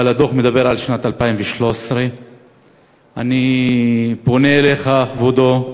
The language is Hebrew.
אבל הדוח מדבר על שנת 2013. אני פונה אליך, כבודו,